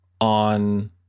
on